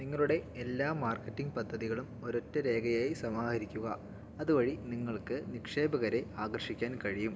നിങ്ങളുടെ എല്ലാ മാർക്കറ്റിംഗ് പദ്ധതികളും ഒരൊറ്റ രേഖയായി സമാഹരിക്കുക അതുവഴി നിങ്ങൾക്ക് നിക്ഷേപകരെ ആകർഷിക്കാൻ കഴിയും